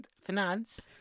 Finance